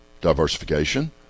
diversification